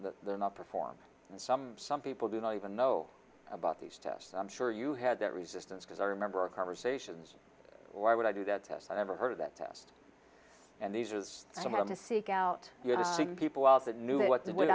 that they're not performed and some some people do not even know about these tests and i'm sure you had that resistance because i remember our conversations why would i do that test i never heard of that test and these is some of the seek out people out the knew what they would